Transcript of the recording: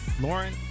Lauren